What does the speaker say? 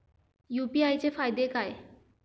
UPI चे फायदे काय?